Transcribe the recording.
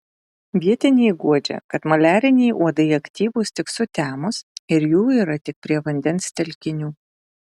vietiniai guodžia kad maliariniai uodai aktyvūs tik sutemus ir jų yra tik prie vandens telkinių